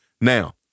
Now